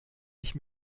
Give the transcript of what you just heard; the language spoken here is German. ich